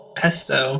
pesto